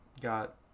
got